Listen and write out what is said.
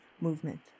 movement